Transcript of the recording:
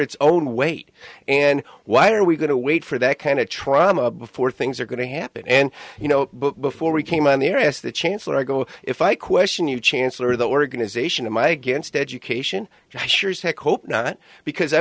its own weight and why are we going to wait for that kind of trauma before things are going to happen and you know before we came on the air i asked the chancellor i go if i question you chancellor of the organization of my against education i sure as heck hope not because i